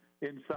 inside